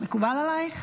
מקובל עלייך,